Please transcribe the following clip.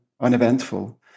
uneventful